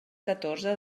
catorze